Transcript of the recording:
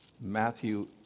Matthew